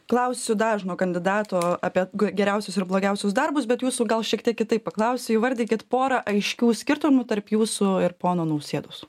klausiu dažno kandidato apie ge geriausius ir blogiausius darbus bet jūsų gal šiek tiek kitaip paklausiu įvardykit porą aiškių skirtumų tarp jūsų ir pono nausėdos